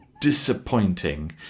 Disappointing